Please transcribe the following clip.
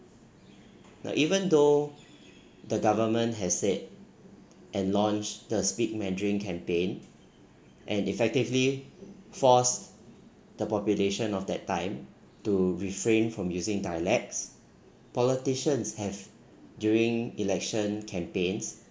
now even though the government has said and launched the speak mandarin campaign and effectively forced the population of that time to refrain from using dialects politicians have during election campaigns